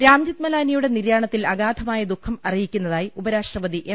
രാംജത്ത് മലാനിയുടെ നിര്യാണത്തിൽ അഗാധമായ ദുഖം അറിയി ക്കുന്നതായി ഉപരാഷ്ട്രപതി എം